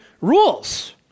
rules